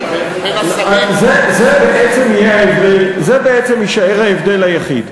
זה בעצם יישאר ההבדל היחיד.